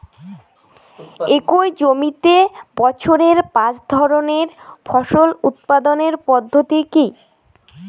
একই জমিতে বছরে পাঁচ ধরনের ফসল উৎপাদন পদ্ধতি কী?